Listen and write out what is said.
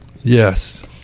Yes